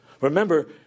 Remember